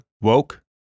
Woke